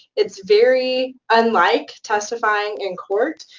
it's very unlike testifying in court.